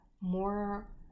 more